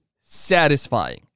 satisfying